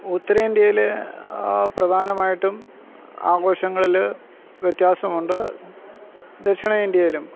ഉത്തര ഇന്ത്യയിൽ പ്രധാനമായിട്ടും ആഘോഷങ്ങളിൽ വ്യത്യാസമുണ്ട് ദക്ഷിണ ഇന്ത്യയിലും